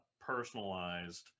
personalized